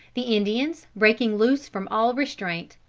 the indians, breaking loose from all restraint,